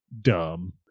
dumb